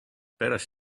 peres